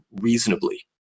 reasonably